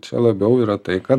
čia labiau yra tai ką